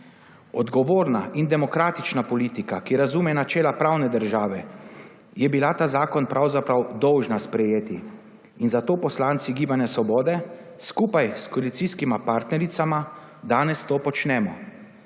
Odgovorna in demokratična politika, ki razume načela pravne države, je bila ta zakon pravzaprav dolžna sprejeti in zato poslanci Gibanja Svobode, skupaj s koalicijskima partnericama danes to počnemo.